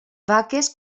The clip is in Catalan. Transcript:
vaques